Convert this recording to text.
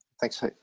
Thanks